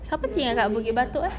siapa tinggal kat bukit batok ah